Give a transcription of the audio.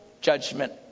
judgment